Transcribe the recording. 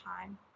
time